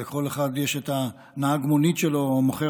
לכל אחד יש את נהג המונית שלו או מוכר